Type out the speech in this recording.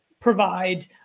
provide